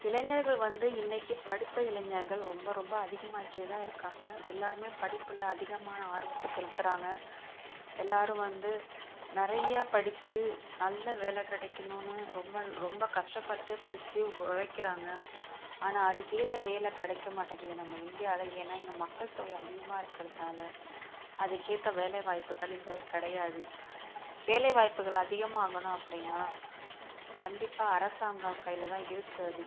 இளைஞர்கள் வந்து இன்றைக்கு படித்த இளைஞர்கள் ரொம்ப ரொம்ப அதிகமாகிட்டே தான் இருக்காங்க எல்லோருமே படிப்பில் அதிகமான ஆர்வத்தை செலுத்துகிறாங்க எல்லோரும் வந்து நிறையா படித்து நல்ல வேலை கிடைக்கணுன்னு ரொம்ப ரொம்ப கஷ்டப்பட்டு படித்து உழைக்கிறாங்க ஆனால் அதுக்கேற்ற வேலை கிடைக்க மாட்டைங்கிது நம்ம இந்தியாவில் ஏன்னால் இங்கே மக்கள்தொகை அதிகமாக இருக்கிறதுனால அதுக்கேற்ற வேலைவாய்ப்புகள் இங்கே கிடையாது வேலைவாய்ப்புகள் அதிகமாகணும் அப்படின்னா கண்டிப்பாக அரசாங்கம் கையில் தான் இருக்குது அது